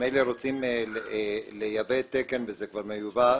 מילא שרוצים לייבא תקן אירופאי,